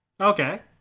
Okay